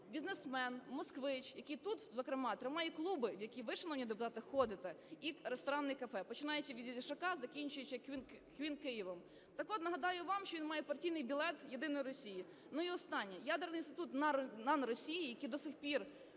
бізнесмен, москвич, який тут, зокрема, тримає клуби, в які ви, шановні депутати, ходите, і ресторани, кафе, починаючи від "Єшака", закінчуючи Queen Kyiv. Так от, нагадаю вам, що він має партійний білет "Єдиної Росії". І останній: ядерний інститут НАН Росії, який до сих пір